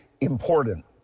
important